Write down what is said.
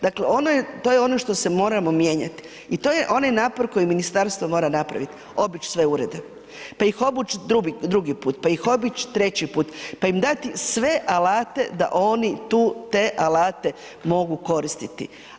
Dakle, to je ono što se moramo mijenjat i to je onaj napor koji ministarstvo mora napravit, obić sve urede, pa ih obuć drugi put, pa ih obić treći put, pa im dati sve alate da oni tu te alate mogu koristiti.